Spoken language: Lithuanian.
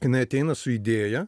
jinai ateina su idėja